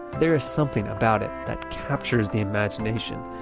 there is something about it that captures the imagination.